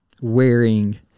wearing